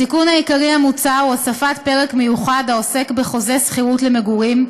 התיקון העיקרי המוצע הוא הוספת פרק מיוחד העוסק בחוזה שכירות למגורים,